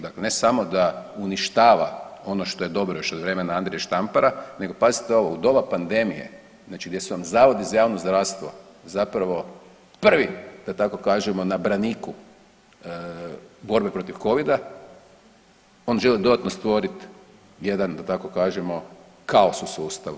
Dakle, ne samo da uništava ono što je dobro još od vremena Andrije Štampara, nego pazite ovo u doba pandemije znači gdje su vam zavodi za javno zdravstvo zapravo prvi da tako kažemo na braniku borbe protiv Covida on želi dodatno stvorit jedan da tako kažemo kaos u sustavu.